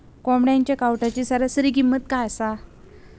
कोंबड्यांच्या कावटाची सरासरी किंमत काय असा?